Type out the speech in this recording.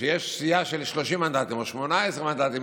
שכשיש סיעה של 30 מנדטים או 18 מנדטים,